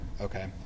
okay